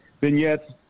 vignettes